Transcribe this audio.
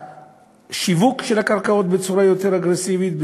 השיווק של הקרקעות בצורה יותר אגרסיבית,